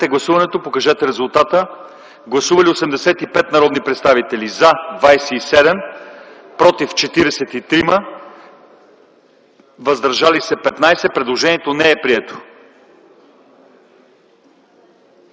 гласуване, тъй като те са идентични. Гласували 85 народни представители: за 27, против 43, въздържали се 15. Предложението не е прието.